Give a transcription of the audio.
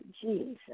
Jesus